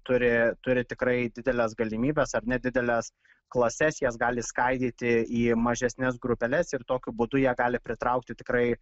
turi turi tikrai dideles galimybes ar ne dideles klases jas gali skaidyti į mažesnes grupeles ir tokiu būdu jie gali pritraukti tikrai